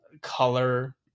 color